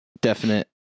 definite